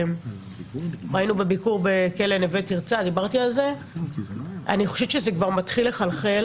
אבל ראינו בביקור בכלא נווה תרצה אני חושבת שזה כבר מתחיל לחלחל